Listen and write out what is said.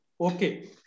Okay